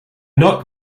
not